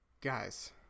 Guys